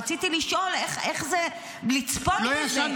רציתי לשאול איך זה לצפות בזה -- לא ישנת,